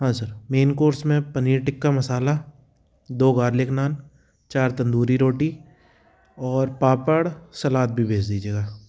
हाँ sir main course में पनीर टिक्का मसाला दो गार्लिक नान चार तंदूरी रोटी और पापड़ सलाद भी भेज दीजिएगा